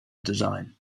design